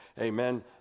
Amen